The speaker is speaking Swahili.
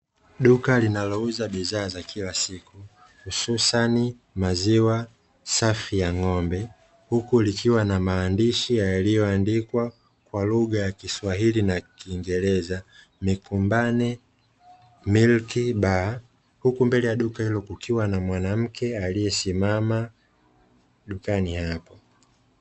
Duka linalouza bidhaa za kila siku, hususani maziwa safi ya ng'ombe, huku likiwa na maandishi yaliyoandikwa kwa lugha ya kiswahili na kiingereza "mikumbane milk bar", huku mbele ya duka hilo kukiwa na mwanamke aliyesimama dukani hapo.